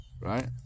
right